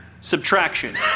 subtraction